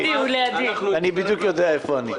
אני יודע איפה אתה.